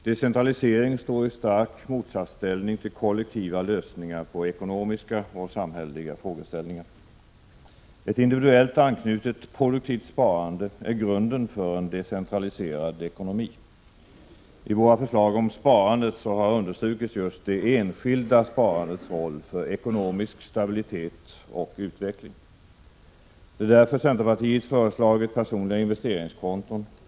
Decentralisering står i stark motsatsställning till kollektiva lösningar på ekonomiska och samhälleliga frågeställningar. Ett individuellt anknutet produktivt sparande är grunden för en decentraliserad ekonomi. I våra förslag om sparandet har understrukits just det enskilda sparandets roll för ekonomisk stabilitet och utveckling. Det är därför centerpartiet har föreslagit personliga investeringskonton.